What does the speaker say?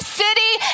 city